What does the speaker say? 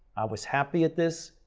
was happy at this,